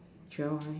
twelve right